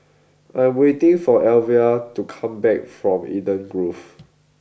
I am waiting for Elvia to come back from Eden Grove